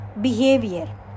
behavior